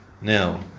Now